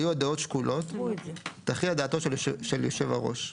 היו הדעות שקולות, תכריע דעתו של יושב הראש,